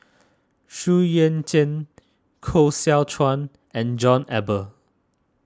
Xu Yuan Zhen Koh Seow Chuan and John Eber